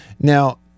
Now